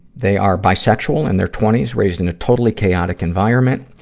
they are bi-sexual, in their twenty s, raised in a totally chaotic environment.